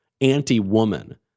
anti-woman